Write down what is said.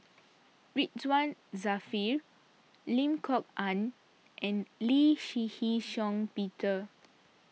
Ridzwan Dzafir Lim Kok Ann and Lee Shih Shiong Peter